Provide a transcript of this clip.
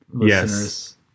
yes